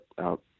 out